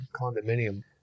condominium